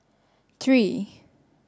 three